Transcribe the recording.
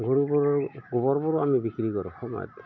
গৰুবোৰৰ গোবৰবোৰো আমি বিক্ৰী কৰোঁ সময়ত